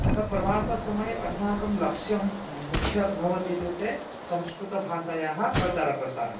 तद् प्रवाससमये अस्माकं लक्ष्यं मुख्य भवति इत्युक्ते संस्कृतभाषायाः प्रचारप्रसारः